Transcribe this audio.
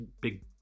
big